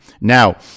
now